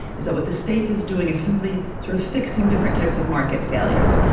is that what the state is doing is simply sort of fixing different types of market failures.